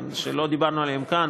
שלא דיברנו עליהם כאן,